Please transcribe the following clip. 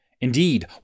Indeed